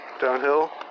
downhill